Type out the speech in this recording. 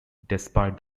despite